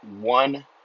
one